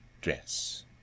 dress